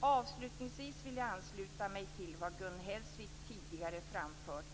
Avslutningsvis vill jag ansluta mig till det som Gun Hellsvik tidigare har framfört.